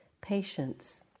patience